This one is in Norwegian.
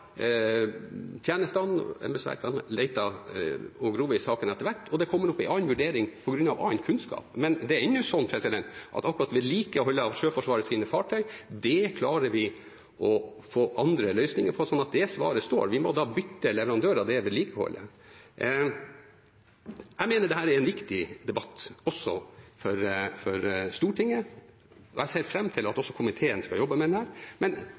tjenestene, embetsverkene, lett og gravd i saken etter hvert, og det er kommet en annen vurdering på grunn av annen kunnskap. Men det er ennå sånn at akkurat vedlikeholdet av Sjøforsvarets fartøy klarer vi å få andre løsninger på, sånn at det svaret står. Vi må da bytte leverandør av det vedlikeholdet. Jeg mener dette er en viktig debatt også for Stortinget, og jeg ser fram til at komiteen skal jobbe med dette. Men